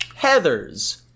Heather's